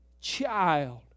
child